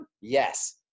yes